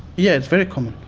yeah, it's very common.